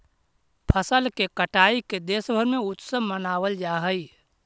फसल के कटाई के देशभर में उत्सव मनावल जा हइ